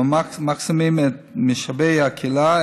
הממקסמים את משאבי הקהילה,